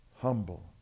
humble